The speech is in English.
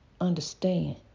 Understand